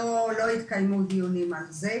לא התקיימו דיונים על זה,